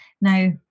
Now